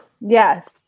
Yes